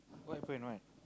what happen why